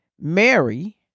Mary